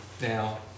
Now